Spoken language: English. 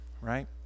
right